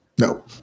No